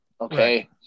okay